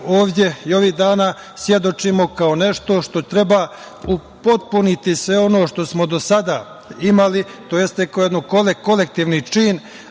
ovde i ovih dana svedočimo kao nešto što treba upotpuniti sve ono što smo do sada imali, tj. kao jedan kolektivni čin